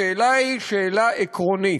השאלה היא שאלה עקרונית.